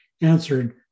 answered